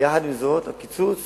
יחד עם זאת, הקיצוץ